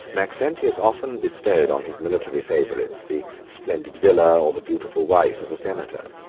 maxentius often bestowed on his military favorites the splendid villa, or the beautiful wife, of a senator.